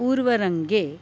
पूर्वरङ्गे